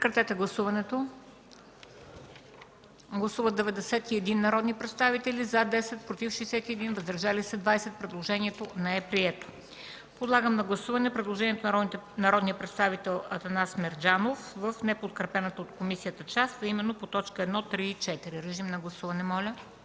именно по т. 1, 3 и 4. Гласували 91 народни представители: за 10, против 61, въздържали се 20. Предложението не е прието. Подлагам на гласуване предложението на народния представител Атанас Мерджанов в неподкрепената от комисията част, а именно по т. 1, 3 и 4. Гласували